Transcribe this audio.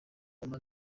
mugore